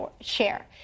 share